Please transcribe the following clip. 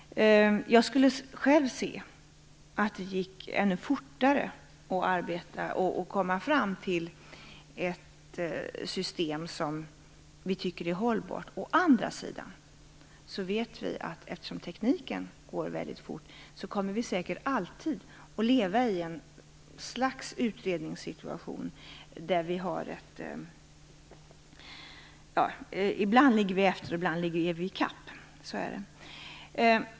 Jag skulle själv gärna se att det gick ännu fortare att arbeta och komma fram till ett system som vi tycker är hållbart. Å andra sidan vet vi att eftersom tekniken går väldigt fort kommer vi säkert alltid att leva i ett slags utredningssituation, där vi ibland ligger efter och ibland är i kapp.